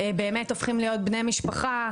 באמת הופכים להיות בני משפחה,